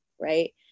right